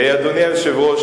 אדוני היושב-ראש,